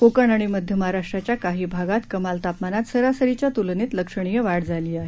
कोकण आणि मध्य महाराष्ट्राच्या काही भागात कमाल तापमानात सरासरीच्या तूलनेत लक्षणीय वाढ झाली आहे